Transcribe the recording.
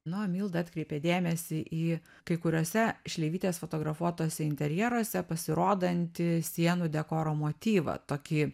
nu milda atkreipė dėmesį į kai kuriose šleivytės fotografuotuose interjeruose pasirodantį sienų dekoro motyvą tokį